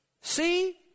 See